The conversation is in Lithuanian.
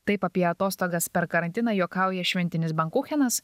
taip apie atostogas per karantiną juokauja šventinis bankuchenas